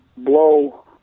blow